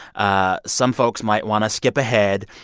ah some folks might want to skip ahead.